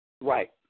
Right